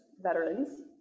veterans